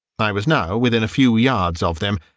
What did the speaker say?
i was now within a few yards of them.